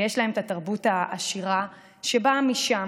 ויש להם את התרבות העשירה שבאה משם.